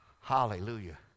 Hallelujah